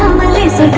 released.